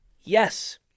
Yes